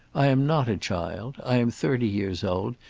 i am not a child. i am thirty years old,